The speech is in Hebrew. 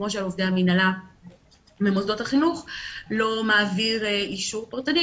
כמו שעל עובדי המנהלה במוסדות החינוך הוא לא מעביר אישור פרטני,